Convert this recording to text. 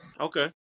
Okay